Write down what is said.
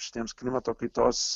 šitiems klimato kaitos